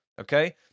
Okay